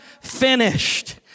finished